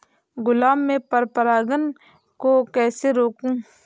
गुलाब में पर परागन को कैसे रोकुं?